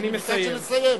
ביקשתי לסיים.